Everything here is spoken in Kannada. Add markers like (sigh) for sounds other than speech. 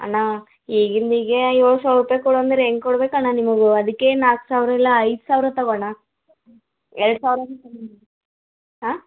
ಅಣ್ಣಾ ಈಗಿಂದೀಗೆ ಏಳು ಸಾವಿರ ರುಪಾಯ್ ಕೊಡು ಅಂದ್ರೆ ಹೆಂಗೆ ಕೊಡ್ಬೇಕು ಅಣ್ಣ ನಿಮಗು ಅದಕ್ಕೆ ನಾಲ್ಕು ಸಾವಿರ ಇಲ್ಲ ಐದು ಸಾವಿರ ತಗೋ ಅಣ್ಣ ಎರಡು ಸಾವಿರ (unintelligible) ಹಾಂ